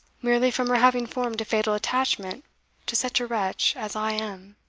merely from her having formed a fatal attachment to such a wretch as i am.